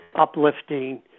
uplifting